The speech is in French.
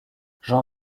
jean